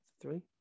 three